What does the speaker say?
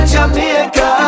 Jamaica